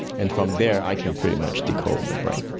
and from there i can pretty much decode your brain,